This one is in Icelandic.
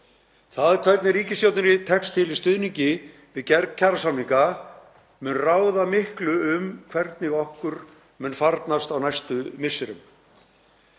Það hvernig ríkisstjórninni tekst til í stuðningi við gerð kjarasamninga mun ráða miklu um hvernig okkur mun farnast á næstu misserum.